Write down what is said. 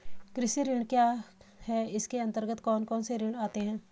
कृषि ऋण क्या है इसके अन्तर्गत कौन कौनसे ऋण आते हैं?